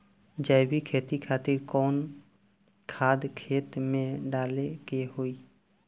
जैविक खेती खातिर कैसन खाद खेत मे डाले के होई?